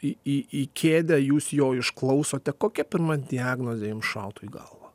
į į į kėdę jūs jo išklausote kokia pirma diagnozė jums šautų į galvą